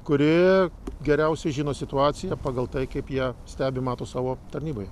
kuri geriausiai žino situaciją pagal tai kaip jie stebi mato savo tarnyboje